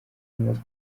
mose